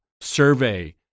Survey